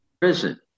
prison